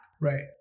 Right